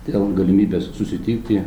dėl galimybės susitikti